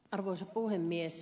arvoisa puhemies